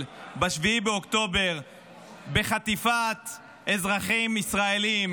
ב-7 באוקטובר בחטיפת אזרחים ישראלים,